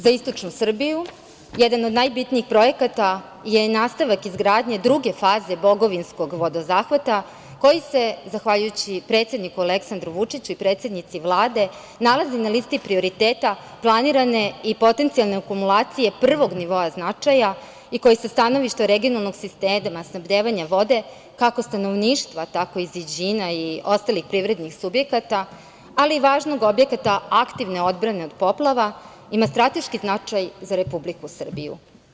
Za istočnu Srbiju jedan od najbitnijih projekata je i nastavak izgradnje druge faze Bogovinskog vodozahvata koji se, zahvaljujući predsedniku Aleksandru Vučiću i predsednici Vlade, nalazi na listi prioriteta planirane i potencijalne akumulacije prvog nivoa značaja i koji sa stanovišta regionalnog sistema snabdevanja vode, kako stanovništva, tako i ostalih privrednih subjekata, ali i važnih objekata odbrane od poplava, ima strateški značaj za Republiku Srbiju.